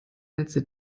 netze